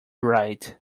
write